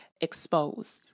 exposed